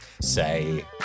say